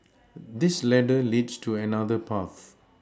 this ladder leads to another path